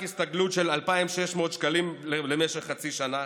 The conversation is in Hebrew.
הסתגלות של 2,600 שקלים למשך חצי שנה,